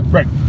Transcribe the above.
Right